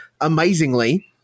amazingly